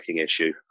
issue